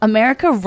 America